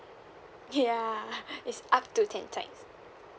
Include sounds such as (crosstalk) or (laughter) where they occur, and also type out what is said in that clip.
ya (laughs) it's up to ten times